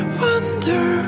wonder